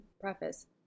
preface